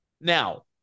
Now